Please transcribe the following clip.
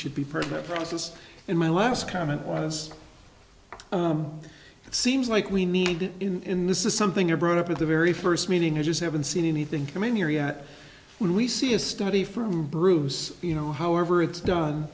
should be part of that process in my last comment was it seems like we need in this is something you're brought up at the very first meeting i just haven't seen anything coming here yet when we see a study from bruce you know however it's done